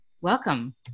Welcome